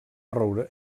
roure